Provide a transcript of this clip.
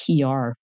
PR